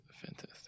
Fantastic